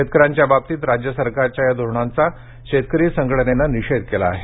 शेतकऱ्यांच्या बाबतीत राज्य सरकारच्या या धोरणांचा शेतकरी संघटनेने निषेध केला आहे